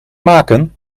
maken